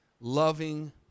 loving